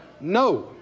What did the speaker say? No